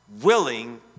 willing